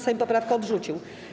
Sejm poprawkę odrzucił.